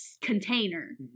container